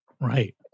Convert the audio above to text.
Right